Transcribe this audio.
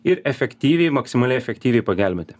ir efektyviai maksimaliai efektyviai pagelbėti